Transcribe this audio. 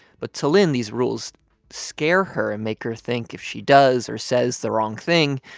but to lyn, these rules scare her and make her think if she does or says the wrong thing,